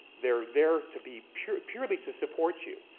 they're there to be purely purely to support you.